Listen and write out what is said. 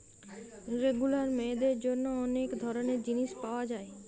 regular মেয়েদের জন্যে অনেক ধরণের জিনিস পায়া যায়